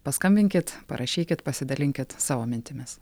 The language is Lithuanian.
paskambinkit parašykit pasidalinkit savo mintimis